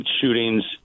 shootings